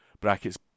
Brackets